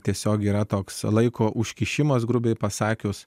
tiesiog yra toks laiko užkišimas grubiai pasakius